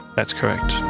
that's correct.